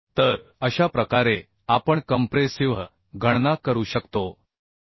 तर अशा प्रकारे आपण कंप्रेसिव्ह गणना करू शकतो आय